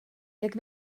jak